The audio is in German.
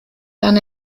dann